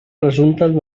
resulten